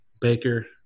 Baker